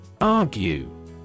Argue